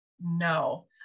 no